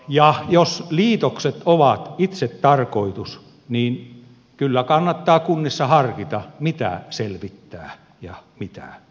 ja jos liitokset ovat itsetarkoitus niin kyllä kannattaa kunnissa harkita mitä selvittää ja mitä ei